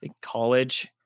college